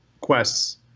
quests